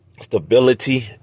stability